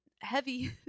heavy